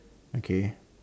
okay